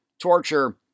torture